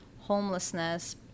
homelessness